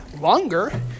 longer